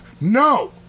No